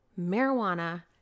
marijuana